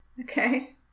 Okay